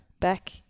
back